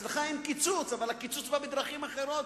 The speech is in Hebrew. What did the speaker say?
אצלך אין קיצוץ, אבל הקיצוץ בא בדרכים אחרות,